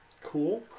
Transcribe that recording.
Cool